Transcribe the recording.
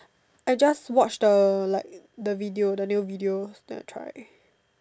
I just watch the like the video the new video then I try